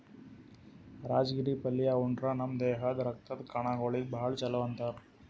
ರಾಜಗಿರಿ ಪಲ್ಯಾ ಉಂಡ್ರ ನಮ್ ದೇಹದ್ದ್ ರಕ್ತದ್ ಕಣಗೊಳಿಗ್ ಭಾಳ್ ಛಲೋ ಅಂತಾರ್